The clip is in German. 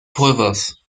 pulvers